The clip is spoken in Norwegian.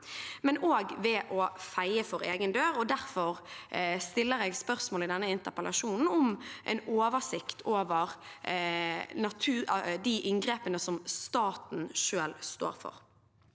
og også ved å feie for egen dør. Derfor stiller jeg i denne interpellasjonen spørsmålet om en oversikt over de inngrepene som staten selv står for.